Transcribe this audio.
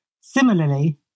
Similarly